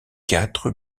quatre